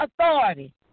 authority